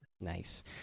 Nice